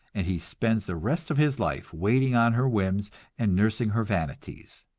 and he spends the rest of his life waiting on her whims and nursing her vanities.